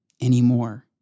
anymore